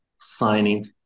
signing